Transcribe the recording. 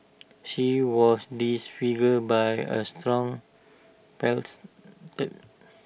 she was disfigured by A stone pestle